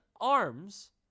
arms